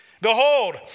Behold